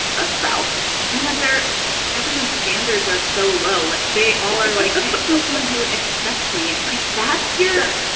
a spouse and that they're so everyone's standards are so low like they all are like, oh, i just want someone who accepts me and like that's you.